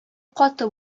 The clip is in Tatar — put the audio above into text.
каты